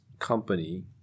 company